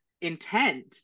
intent